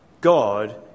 God